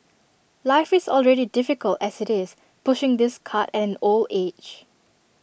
life is already difficult as IT is pushing this cart an old age